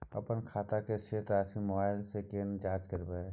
अपन खाता के शेस राशि मोबाइल से केना जाँच करबै?